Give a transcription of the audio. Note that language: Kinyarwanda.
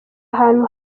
ahantu